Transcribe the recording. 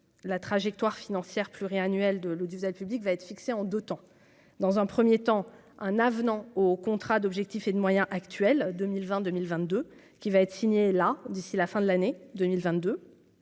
la trajectoire financière pluriannuelle de l'public va être fixé en 2 temps dans un 1er temps un avenant au contrat d'objectifs et de moyens actuels 2000 22022, ce qui va être signé là d'ici la fin de l'année 2022,